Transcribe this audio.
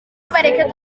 nibareke